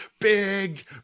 Big